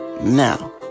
now